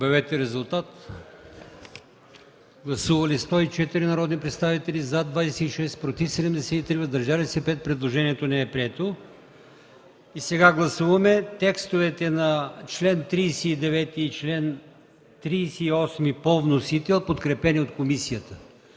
режим на гласуване. Гласували 104 народни представители: за 26, против 73, въздържали се 5. Предложението не е прието. Сега гласуваме текстовете на чл. 38 и чл. 39 по вносител, подкрепени от комисията.